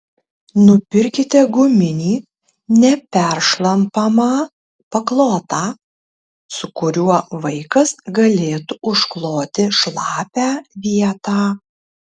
nupirkite guminį neperšlampamą paklotą su kuriuo vaikas galėtų užkloti šlapią vietą